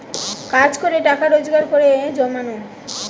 কাজ করে টাকা রোজগার করে জমানো